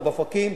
או באופקים,